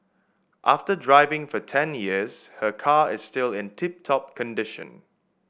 after driving for ten years her car is still in tip top condition